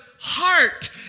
heart